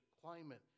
climate